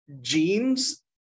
genes